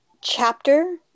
chapter